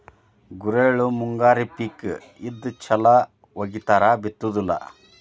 ಗುರೆಳ್ಳು ಮುಂಗಾರಿ ಪಿಕ್ ಇದ್ದ ಚಲ್ ವಗಿತಾರ ಬಿತ್ತುದಿಲ್ಲಾ